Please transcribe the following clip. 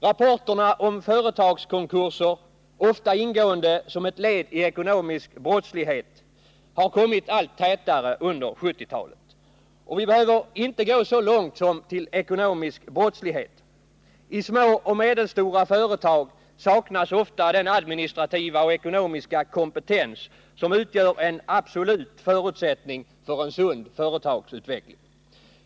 Rapporterna om företagskonkurser, ofta ingående som ett led i ekonomisk brottslighet, har kommit allt tätare under 1970-talet. Och vi behöver inte gå så långt som till ekonomisk brottslighet. I små och medelstora företag saknas ofta den administrativa och ekonomiska kompetens som utgör en absolut förutsättning för en sund företagsutveckling.